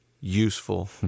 useful